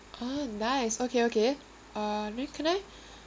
ah nice okay okay uh now can I